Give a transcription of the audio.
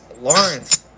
Lawrence